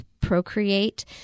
Procreate